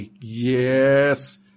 yes